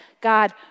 God